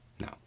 no